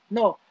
No